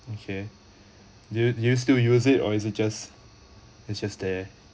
okay do you do you still use it or is it just it's just there